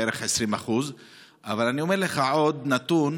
בערך 20%. אבל אני אומר לך עוד נתון,